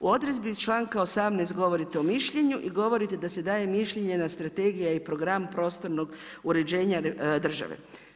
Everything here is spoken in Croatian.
U odredbi članka 18. govorite o mišljenju i govorite da se daje mišljenje na Strategija i program prostornog uređenja države.